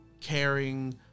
caring